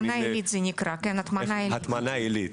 קוראים לזה הטמנה עילית.